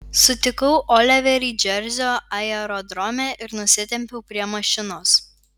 sutikau oliverį džersio aerodrome ir nusitempiau prie mašinos